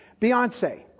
Beyonce